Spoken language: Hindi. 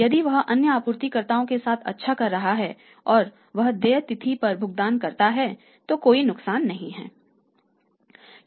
यदि वह अन्य आपूर्तिकर्ताओं के साथ अच्छा कर रहा है और वह देय तिथि पर भुगतान करता है तो कोई नुकसान नहीं है